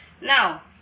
Now